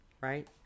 right